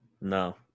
No